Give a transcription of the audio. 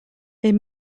est